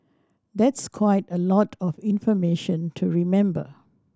that's quite a lot of information to remember